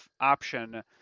option